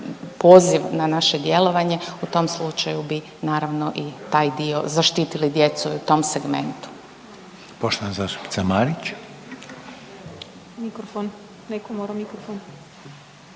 poziv na naše djelovanje u tom slučaju bi naravno i taj dio zaštiti djecu i u tom segmentu.